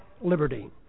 liberty